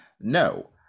no